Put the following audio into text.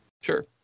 Sure